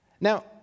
Now